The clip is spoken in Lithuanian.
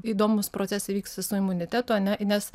įdomūs procesai vyksta su imunitetu ar ne nes